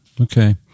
okay